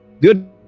Good